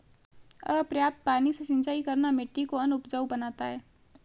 अपर्याप्त पानी से सिंचाई करना मिट्टी को अनउपजाऊ बनाता है